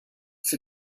für